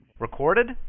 Recorded